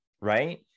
right